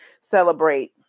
celebrate